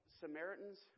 Samaritans